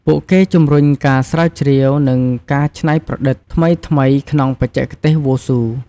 ពួកគេជំរុញការស្រាវជ្រាវ និងការច្នៃប្រឌិតថ្មីៗក្នុងបច្ចេកទេសវ៉ូស៊ូ។